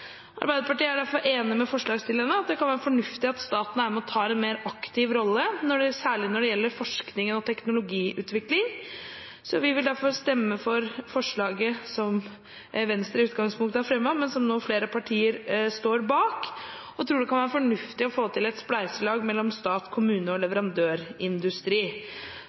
Arbeiderpartiet er derfor enig med forslagstillerne i at det kan være fornuftig at staten er med og tar en mer aktiv rolle, særlig når det gjelder forskning og teknologiutvikling. Vi vil derfor stemme for forslaget som Venstre i utgangspunktet har fremmet, men som nå flere partier står bak, og vi tror det kan være fornuftig å få til et spleiselag mellom stat, kommune og leverandørindustri.